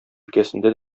өлкәсендә